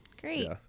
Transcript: great